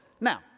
Now